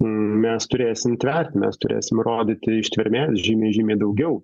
mes turėsim tvert mes turėsim rodyti ištvermės žymiai žymiai daugiau